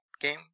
Game